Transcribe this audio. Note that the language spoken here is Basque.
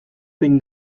zein